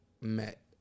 met